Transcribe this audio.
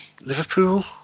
Liverpool